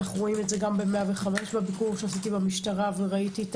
רואים את זה גם ב-105 בביקור שעשיתי במשטרה וראיתי את